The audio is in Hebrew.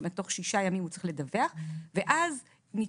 זאת אומרת תוך שישה ימים הוא צריך לדווח ואז ניתן